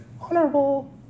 honorable